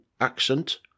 accent